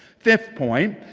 fifth point,